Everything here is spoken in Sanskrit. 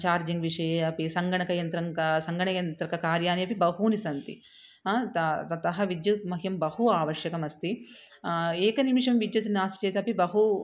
चार्जिङ्ग् विषये अपि स सङ्गणकयन्त्रं क सङ्गणकयन्त्रकार्याणि अपि बहुनि सन्ति त ततः विद्युत् मह्यं बहु आवश्यकम् अस्ति एकं निमिषं विद्युत् नास्ति चेतपि बहु